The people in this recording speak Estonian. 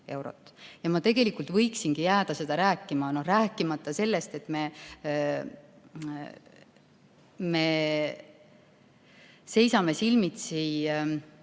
Ja ma tegelikult võiksingi jääda seda rääkima, rääkimata sellest, et me seisame silmitsi